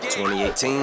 2018